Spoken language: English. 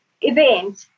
event